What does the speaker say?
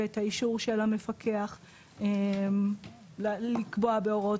ואת האישור של המפקח לקבוע בהוראות,